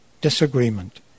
disagreement